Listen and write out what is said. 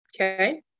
Okay